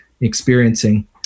experiencing